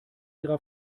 ihrer